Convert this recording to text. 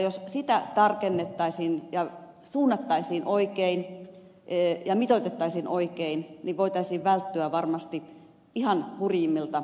jos sitä tarkennettaisiin ja suunnattaisiin oikein ja mitoitettaisiin oikein niin voitaisiin välttyä varmasti ihan hurjimmilta kauhukuvilta